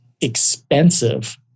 expensive